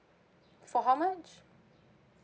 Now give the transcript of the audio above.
for how much